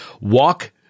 walk